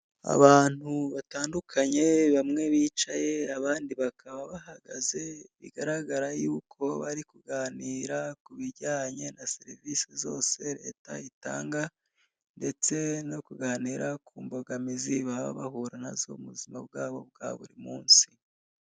Abantu batandukanye, bamwe bicaye abandi bakaba bahagaze, bigaragara yuko bari kuganira ku bijyanye na serivise zose leta itanga, ndetse no kuganira ku mbogamizi baba bahura nazo mu buzima bwabo bwa buri munsi.